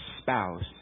spouse